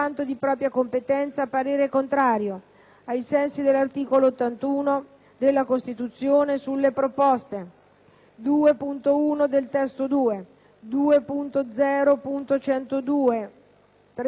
ai sensi dell'articolo 81 della Costituzione, sulle proposte 2.1 (testo 2), 2.0.102, 3.0.8 (testo